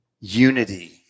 Unity